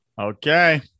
okay